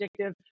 addictive